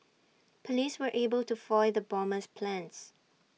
Police were able to foil the bomber's plans